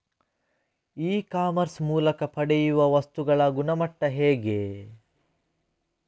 E commerce ಮೂಲಕ ಪಡೆಯುವ ವಸ್ತುಗಳ ಗುಣಮಟ್ಟ ಹೇಗೆ?